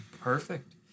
Perfect